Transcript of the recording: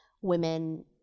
women